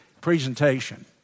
presentation